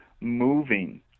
moving